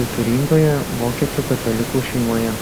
kultūringoje vokiečių katalikų šeimoje